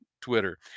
Twitter